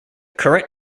current